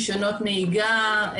רישיונות נהיגה,